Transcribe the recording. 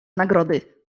nagrody